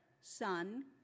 Son